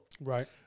right